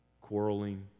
quarreling